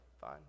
fine